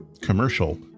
commercial